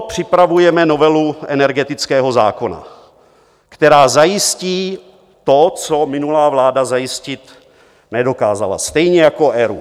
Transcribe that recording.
Proto připravujeme novelu energetické zákona, která zajistí to, co minulá vláda zajistit nedokázala, stejně jako ERÚ.